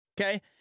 Okay